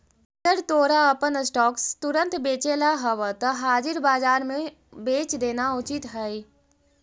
अगर तोरा अपन स्टॉक्स तुरंत बेचेला हवऽ त हाजिर बाजार में बेच देना उचित हइ